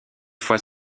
fois